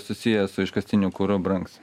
susiję su iškastiniu kuru brangs